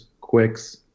Quicks